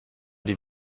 die